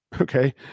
Okay